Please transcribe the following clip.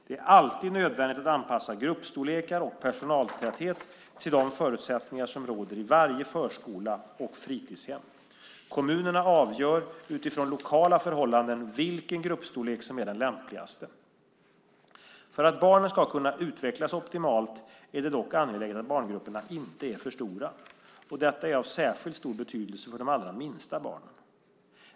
Det är alltid nödvändigt att anpassa gruppstorlekar och personaltäthet till de förutsättningar som råder i varje förskola och fritidshem. Kommunerna avgör, utifrån lokala förhållanden, vilken gruppstorlek som är den lämpligaste. För att barnen ska kunna utvecklas optimalt är det dock angeläget att barngrupperna inte är för stora. Detta är av särskilt stor betydelse för de allra minsta barnen.